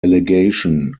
allegation